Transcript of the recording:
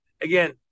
Again